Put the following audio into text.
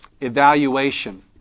evaluation